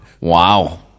Wow